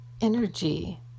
energy